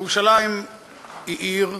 ירושלים היא עיר דו-לאומית,